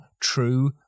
true